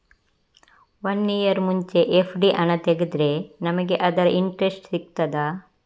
One year ಮುಂಚೆ FD ಹಣ ತೆಗೆದ್ರೆ ನಮಗೆ ಅದರ ಇಂಟ್ರೆಸ್ಟ್ ಸಿಗ್ತದ?